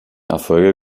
erfolge